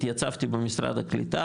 התייצבתי במשרד הקליטה,